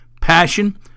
passion